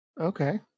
Okay